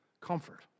comfort